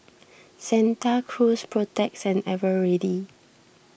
Santa Cruz Protex and Eveready